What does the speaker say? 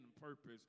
purpose